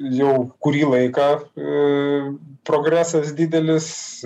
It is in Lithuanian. jau kurį laiką progresas didelis